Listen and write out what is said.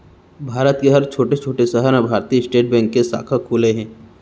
भारत के हर छोटे छोटे सहर म भारतीय स्टेट बेंक के साखा खुले हे